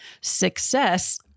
success